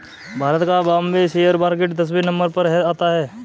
भारत का Bombay share market दसवें number पर आता है